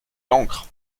l’ancre